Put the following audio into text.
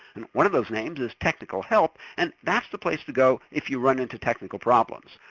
one of those names is technical help, and that's the place to go if you run into technical problems.